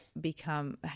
become